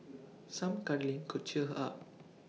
some cuddling could cheer her up